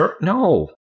No